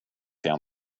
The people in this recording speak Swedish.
jag